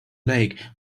lake